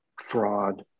fraud